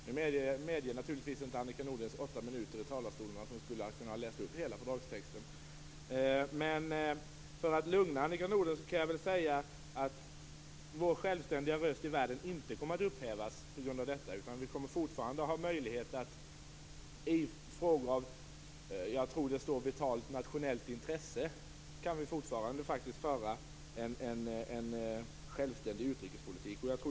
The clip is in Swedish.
Annika Nordgrens åtta minuter i talarstolen medger naturligtvis inte att hon skulle ha kunnat läsa upp hela fördragstexten. För att lugna Annika Nordgren vill jag säga att vår självständiga röst i världen inte kommer att upphävas, utan vi kommer fortfarande att ha möjlighet att i nationellt intresse föra en självständig utrikespolitik.